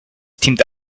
teamed